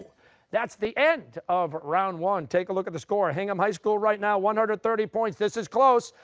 that's the end of round one. take a look at the score hingham high school right now, one hundred and thirty points, this is close.